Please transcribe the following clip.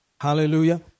Hallelujah